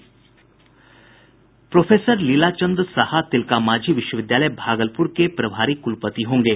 professor Leela Chand Saha Tilka Manjhi विश्वविद्यालय भागलपुर के प्रभारी कुलपति होंगे